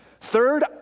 Third